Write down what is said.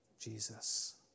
Jesus